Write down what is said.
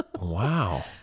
Wow